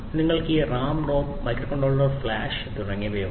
നിങ്ങൾക്ക് ഈ RAM ROM microcontroller flash തുടങ്ങിയവയുണ്ട്